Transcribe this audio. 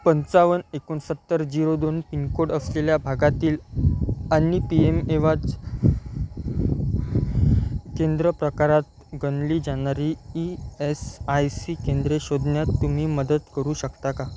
पंचावन्न एकोणसत्तर झिरो दोन पिनकोड असलेल्या भागातील आणि पी एम ए वाज केंद्र प्रकारात गणली जाणारी ई एस आय सी केंद्रे शोधण्यात तुम्ही मदत करू शकता का